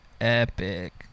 epic